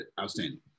Outstanding